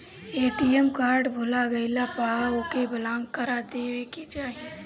ATM card भूला गईला पअ ओके ब्लाक करा देवे के चाही